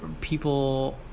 people